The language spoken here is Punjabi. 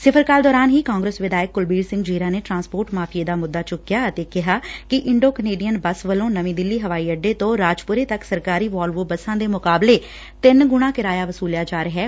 ਸਿਫ਼ਰ ਕਾਲ ਦੌਰਾਨ ਹੀ ਕਾਂਗਰਸ ਵਿਧਾਇਕ ਕੁਲਬੀਰ ਸਿੰਘ ਜੀਰਾ ਨੇ ਟਰਾਂਸਪੌਰਟ ਮਾਫੀਏ ਦਾ ਮੁੱਦਾ ਚੁੱਕਿਆ ਅਤੇ ਕਿਹਾ ਕਿ ਇੰਡੋ ਕਨੇਡੀਅਨ ਬੱਸ ਵੱਲੋਂ ਨਵੀਂ ਦਿੱਲੀ ਹਵਾਈ ਅੱਡੇ ਤੋਂ ਰਾਜਪੁਰੇ ਤੱਕ ਸਰਕਾਰੀ ਵੋਲਵੋ ਬੱਸਾਂ ਦੇ ਮੁਕਾਬਲੇ ਤਿੰਨ ਗੁਣਾ ਕਿਰਾਇਆ ਵਸੂਲਿਆ ਜਾ ਰਿਹੈ